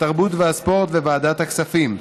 התרבות והספורט וועדת הכספים.